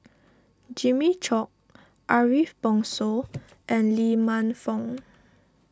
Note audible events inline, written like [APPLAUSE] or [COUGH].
Jimmy Chok Ariff Bongso [NOISE] and Lee Man Fong [NOISE]